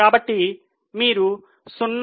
కాబట్టి మీరు 0